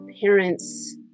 parents